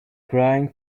crying